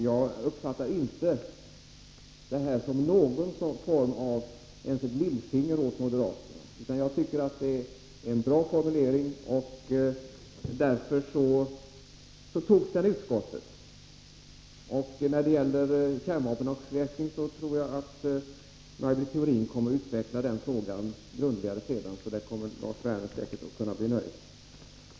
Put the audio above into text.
Jag uppfattar inte utskottets skrivning som ens ett lillfinger åt moderaterna. Jag tycker att det är en bra formulering, och därför togs den i utskottet. Frågan om kärnvapenavskräckning tror jag att Maj Britt Theorin kommer att utveckla grundligare sedan, så att Lars Werner säkert blir nöjd.